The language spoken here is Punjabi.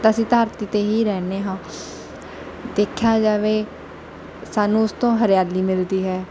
ਅਸੀਂ ਧਰਤੀ 'ਤੇ ਹੀ ਰਹਿੰਦੇ ਹਾਂ ਦੇਖਿਆ ਜਾਵੇ ਸਾਨੂੰ ਉਸਤੋਂ ਹਰਿਆਲੀ ਮਿਲਦੀ ਹੈ